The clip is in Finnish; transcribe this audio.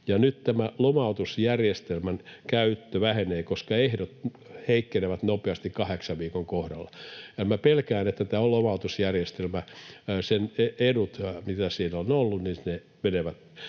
Nyt tämän lomautusjärjestelmän käyttö vähenee, koska ehdot heikkenevät nopeasti kahdeksan viikon kohdalla. Pelkään, että tämän lomautusjärjestelmän edut, mitä sillä on ollut, menevät